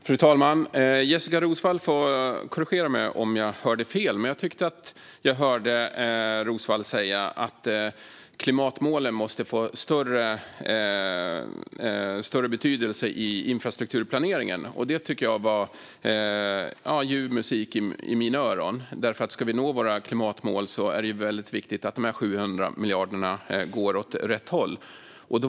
Fru talman! Jessika Roswall får korrigera mig om jag hörde fel, men jag tyckte att jag hörde Roswall säga att klimatmålen måste få större betydelse i infrastrukturplaneringen. Det var ljuv musik i mina öron, för om vi ska nå våra klimatmål är det väldigt viktigt att dessa 700 miljarder går åt rätt håll.